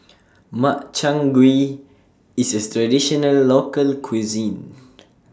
Makchang Gui IS A Traditional Local Cuisine